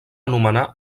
anomenar